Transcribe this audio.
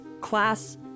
class